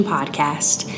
Podcast